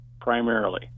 primarily